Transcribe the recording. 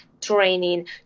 training